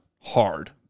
hard